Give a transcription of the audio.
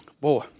Boy